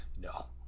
No